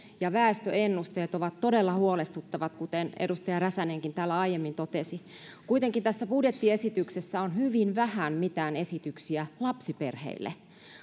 ja väestöennusteet ovat todella huolestuttavat kuten edustaja räsänenkin täällä aiemmin totesi kuitenkin tässä budjettiesityksessä on hyvin vähän mitään esityksiä lapsiperheille